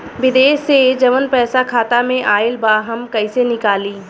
विदेश से जवन पैसा खाता में आईल बा हम कईसे निकाली?